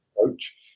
approach